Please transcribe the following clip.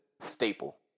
Staple